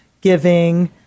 giving